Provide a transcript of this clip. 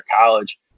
college